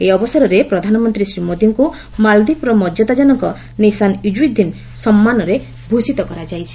ଏହି ଅବସରରେ ପ୍ରଧାନମନ୍ତ୍ରୀ ଶ୍ରୀ ମୋଦିଙ୍କୁ ମାଳଦ୍ୱୀପର ମର୍ଯ୍ୟାଦାଜନକ ନିଶାନ୍ ଇଜୁଦ୍ଦିନ୍ ସମ୍ମାନରେ ଭୂଷିତ କରାଯାଇଛି